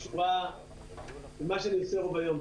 קשורה למה שאני עושה ביום-יום.